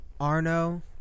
Arno